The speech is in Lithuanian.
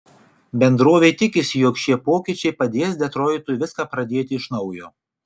bendrovė tikisi jog šie pokyčiai pradės detroitui viską pradėti iš naujo